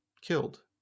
killed